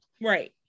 right